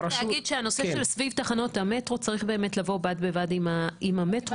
רק להגיד שהנושא של תחנות המטרו צריך לבוא בד בבד עם המטרו.